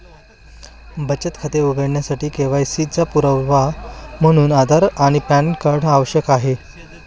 बचत खाते उघडण्यासाठी के.वाय.सी चा पुरावा म्हणून आधार आणि पॅन कार्ड आवश्यक आहे